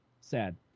Sad